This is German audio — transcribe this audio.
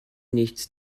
nichts